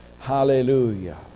Hallelujah